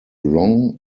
long